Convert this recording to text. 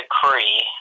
decree